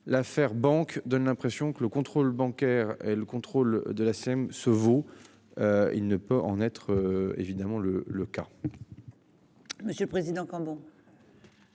l'affaire Bank donne l'impression que le contrôle bancaire le contrôle de la scène se vaut. Il ne peut en être évidemment le le cas. Monsieur le Président, bon.